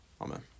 Amen